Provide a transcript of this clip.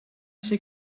ser